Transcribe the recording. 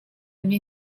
mnie